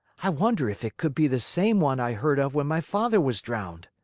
i wonder if it could be the same one i heard of when my father was drowned?